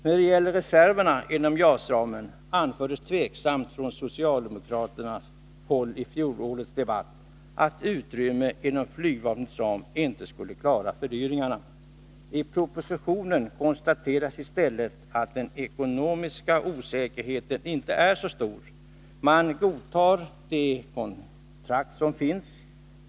När det gäller reserverna inom JAS-ramen anfördes tveksamt från socialdemokraternas håll i fjolårets debatt att man med hänsyn till utrymmet när det gäller flygvapnets ram inte skulle klara fördyringarna. I propositionen konstateras i stället att osäkerheten på den ekonomiska sidan inte är så stor. Man godtar det kontrakt som finns.